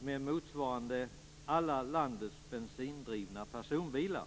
med motsvarande alla landets bensindrivna personbilar.